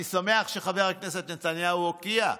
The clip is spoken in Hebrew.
אני שמח שחבר הכנסת נתניהו הוקיע,